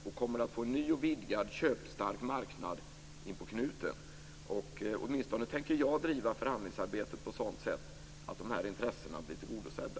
De kommer att få en ny, vidgad och köpstark marknad in på knuten. Åtminstone tänker jag driva förhandlingsarbetet på ett sådant sätt att de här intressena blir tillgodosedda.